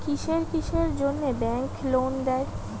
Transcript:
কিসের কিসের জন্যে ব্যাংক লোন দেয়?